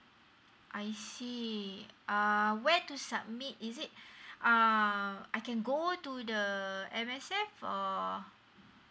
I see uh where to submit is it um I can go to the M_S_F or